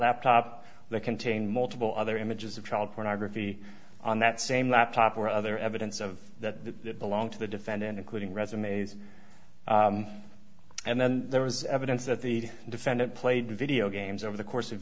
laptop that contain multiple other images of child pornography on that same laptop or other evidence of that belonged to the defendant including resumes and then there was evidence that the defendant played video games over the course of